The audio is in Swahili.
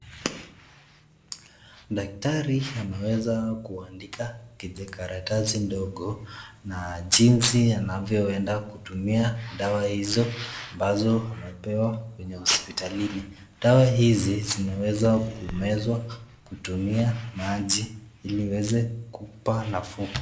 Daktari ameweza kuandika kijikaratasi ndogo na jinsi anavyoenda kutumia dawa hizo ambazo amepewa kwenye hosptalini . Dawa hizi zinaweza kumezwa kutumia maji ili uweze kukupa nafuu.